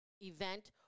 event